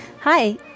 Hi